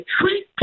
treat